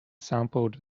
sampled